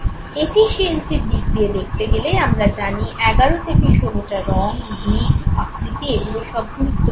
এফিশিয়েন্সির দিক দিয়ে দেখতে গেলে আমরা জানি 11 16টা রঙ দিক আকৃতি এগুলো সব গুরুত্বপূর্ণ